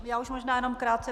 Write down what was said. Já už možná jenom krátce.